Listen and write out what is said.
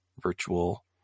virtual